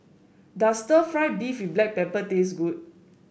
does stir fry beef with Black Pepper taste good